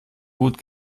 gut